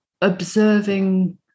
observing